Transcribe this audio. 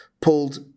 pulled